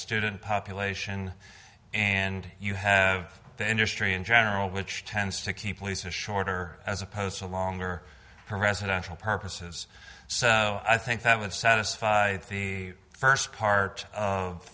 student population and you have the industry in general which tends to keep lisa shorter as opposed to longer her residential purposes so i think that would satisfy the first part of